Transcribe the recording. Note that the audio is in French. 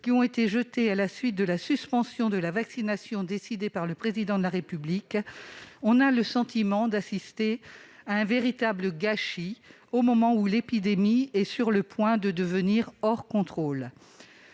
AstraZeneca jetées à la suite de la suspension de la vaccination décidée par le Président de la République, on a le sentiment d'assister à un véritable gâchis, au moment où l'épidémie est sur le point de devenir hors de contrôle